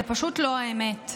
זו פשוט לא האמת.